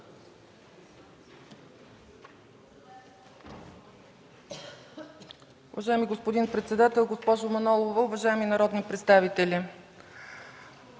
Уважаеми господин председател, госпожо Манолова, уважаеми народни представители!